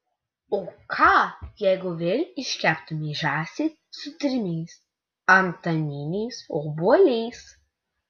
o ką jeigu vėl iškeptumei žąsį su trimis antaniniais obuoliais